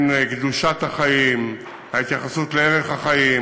קדושת החיים, ההתייחסות לערך החיים